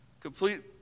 complete